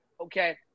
Okay